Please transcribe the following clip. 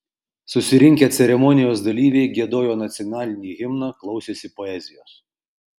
susirinkę ceremonijos dalyviai giedojo nacionalinį himną klausėsi poezijos